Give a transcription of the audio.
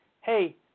hey